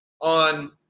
on